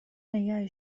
نگه